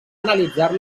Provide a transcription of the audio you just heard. analitzar